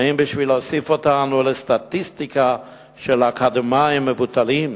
האם בשביל להוסיף אותנו לסטטיסטיקה של אקדמאים מובטלים?